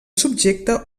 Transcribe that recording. subjecte